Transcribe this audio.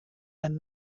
and